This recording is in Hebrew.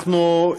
אנחנו,